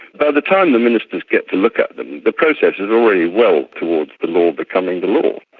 by the time the ministers get to look at them the process is already well towards the law becoming the law.